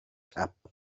tap